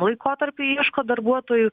laikotarpiu ieško darbuotojų